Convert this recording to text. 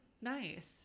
Nice